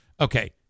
Okay